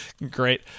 Great